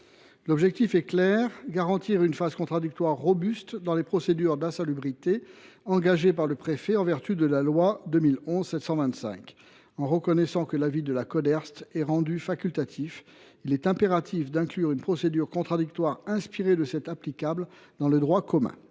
L’objectif est clair : il s’agit de garantir une phase contradictoire robuste dans les procédures d’insalubrité engagées par le préfet en vertu de la loi de juin 2011 précitée. En reconnaissant que l’avis du Coderst est rendu facultatif, il est impératif d’inclure une procédure contradictoire inspirée de celle prévue par le droit commun.